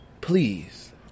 please